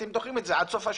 אתם דוחים את זה עד סוף השנה.